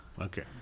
Okay